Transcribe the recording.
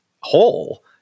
whole